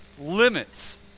limits